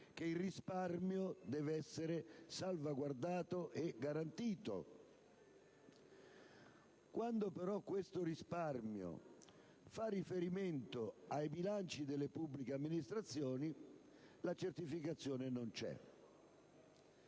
che il risparmio sia salvaguardato e garantito. Quando però questo risparmio fa riferimento ai bilanci delle pubbliche amministrazioni, la certificazione non c'è.